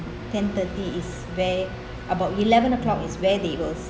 ten thirty is when about eleven o'clock is when they will